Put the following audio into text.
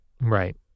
Right